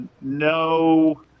no